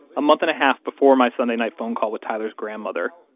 a month and a half before my sunday night phone call with tyler's grandmother,